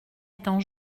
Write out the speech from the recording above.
étant